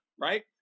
right